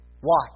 Watch